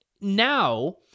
now